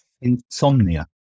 Insomnia